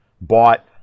bought